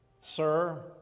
sir